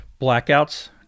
blackouts